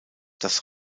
das